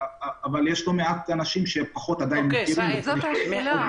אבל יש לא מעט אנשים שפחות מכירים את זה.